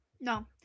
No